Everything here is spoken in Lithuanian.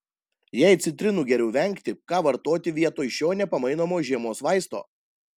jei citrinų geriau vengti ką vartoti vietoj šio nepamainomo žiemos vaisto